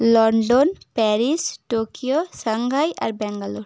London Paris Tokyo Shanghai আর ব্যাঙ্গালোর